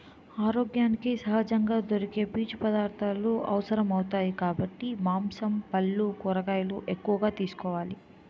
ఆరోగ్యానికి సహజంగా దొరికే పీచు పదార్థాలు అవసరమౌతాయి కాబట్టి మాంసం, పల్లు, కూరగాయలు ఎక్కువగా తీసుకోవాలి